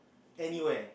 anywhere